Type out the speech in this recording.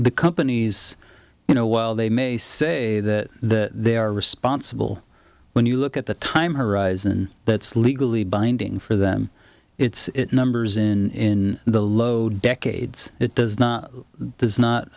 the companies you know while they may say that they are responsible when you look at the time horizon that's legally binding for them its numbers in the low decades it does not does